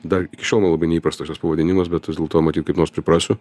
dar iki šiol man labai neįprastas tas pavadinimas bet vis dėlto matyt kaip nors priprasiu